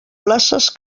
places